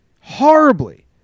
Horribly